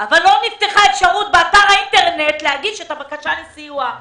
אבל לא נפתחה אפשרות באתר האינטרנט להגיש את הבקשה לסיוע.